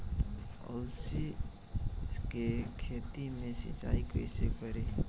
अलसी के खेती मे सिचाई कइसे करी?